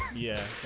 yeah.